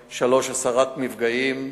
3. הסרת מפגעים,